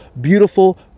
beautiful